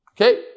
Okay